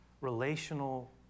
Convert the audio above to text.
relational